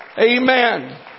Amen